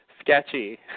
sketchy